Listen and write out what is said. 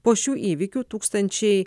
po šių įvykių tūkstančiai